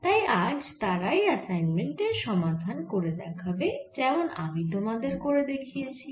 তাই আজ তারাই অ্যাসাইনমেন্ট সমাধান করে দেখাবে যেমন আমি তোমাদের করে দেখিয়েছি